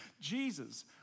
Jesus